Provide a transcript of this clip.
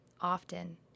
often